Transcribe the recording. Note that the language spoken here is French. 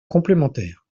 complémentaires